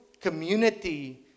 community